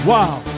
Wow